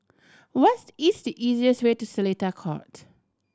what's easiest way to Seletar Court